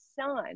son